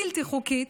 בלתי חוקית,